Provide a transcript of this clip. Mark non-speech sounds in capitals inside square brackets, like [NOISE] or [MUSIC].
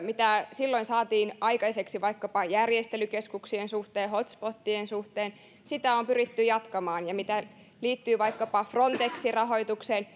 mitä silloin saatiin aikaiseksi vaikkapa järjestelykeskuksien suhteen hotspotien suhteen on pyritty jatkamaan ja sitä mikä liittyy vaikkapa frontexin rahoitukseen [UNINTELLIGIBLE]